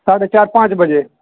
ساڑھے چار پانچ بجے